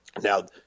Now